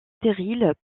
stériles